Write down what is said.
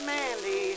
Mandy